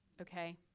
Okay